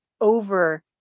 over